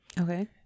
Okay